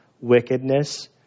wickedness